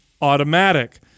automatic